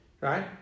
right